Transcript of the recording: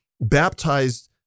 baptized